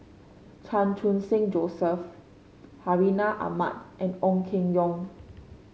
Chan Khun Sing Joseph Hartinah Ahmad and Ong Keng Yong